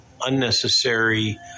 unnecessary